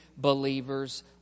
believer's